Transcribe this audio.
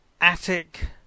attic